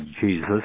jesus